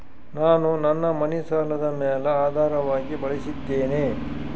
ನಾನು ನನ್ನ ಮನಿ ಸಾಲದ ಮ್ಯಾಲ ಆಧಾರವಾಗಿ ಬಳಸಿದ್ದೇನೆ